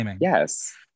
Yes